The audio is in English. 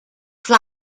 fly